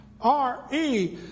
R-E